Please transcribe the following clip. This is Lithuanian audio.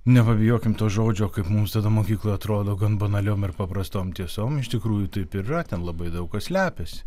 nepabijokim to žodžio kaip mums tada mokykloje atrodo gan banaliom ir paprastom tiesom iš tikrųjų taip ir yra ten labai daug kas slepiasi